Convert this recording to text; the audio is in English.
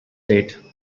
date